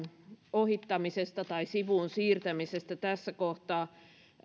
ohittamisesta tai sivuun siirtämisestä tässä kohtaa